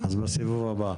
אז בסיבוב הבא,